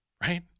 right